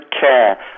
care